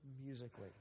musically